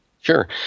Sure